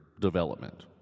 development